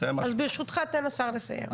אז ברשותך, תן לשר לסיים.